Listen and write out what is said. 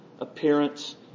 appearance